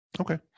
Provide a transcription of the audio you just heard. Okay